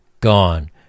gone